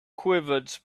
quivered